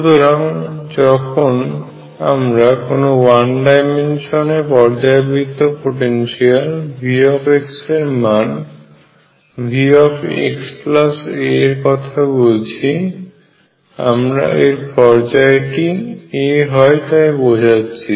সুতরাং যখন আমরা কোন ওয়ান ডাইমেনশনে পর্যায় বৃত্ত পোটেনশিয়ালে V এর মান Vxa এর কথা বলছি আমরা এর পর্যায়টি a হয় তাই বোঝাচ্ছি